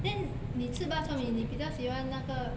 then 你吃 bak chor mee 你比较喜欢那个